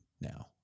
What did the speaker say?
now